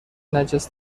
نجس